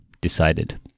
Decided